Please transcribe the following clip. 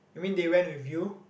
you mean they went with you